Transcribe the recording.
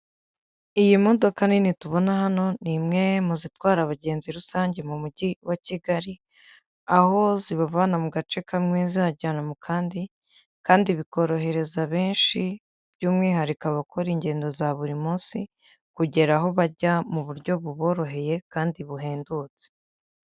Iyi modoka nini tubona hano ni imwe mu zitwara abagenzi rusange mu mujyi wa kigali aho zibavana mu gace kamwe zibajyana mu kandi, kandi bikorohereza benshi by'umwihariko abakora ingendo za buri munsi kugera aho bajya mu buryo buboroheye kandi buhendutse.